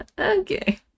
okay